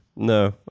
No